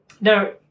now